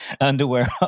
underwear